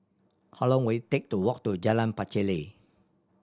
how long will it take to walk to Jalan Pacheli